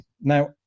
Now